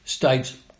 states